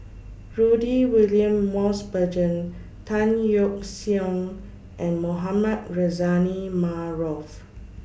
Rudy William Mosbergen Tan Yeok Seong and Mohamed Rozani Maarof